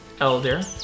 elder